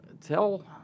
tell